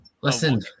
Listen